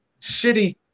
Shitty